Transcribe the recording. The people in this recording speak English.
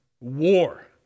war